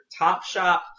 Topshop